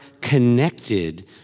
connected